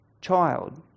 child